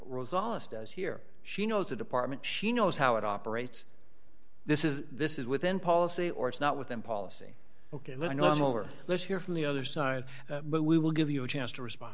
does here she knows the department she knows how it operates this is this is within policy or it's not within policy ok live normal or let's hear from the other side but we will give you a chance to respond